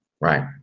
Right